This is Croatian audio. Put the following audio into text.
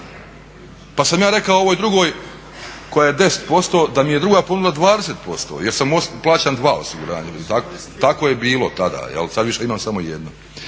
Pa sam ja rekao ovoj drugoj koja je 10% da mi je druga ponudila 20% jer plaćam dva osiguranja, tako je bilo tada, sada imam samo jedno,